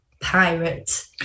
Pirate